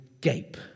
gape